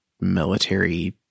military